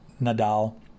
Nadal